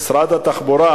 במשרד התחבורה,